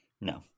no